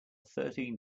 thirteen